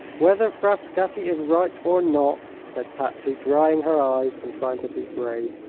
whether frascatti is right or not, said patsy, drying her eyes and trying to be brave,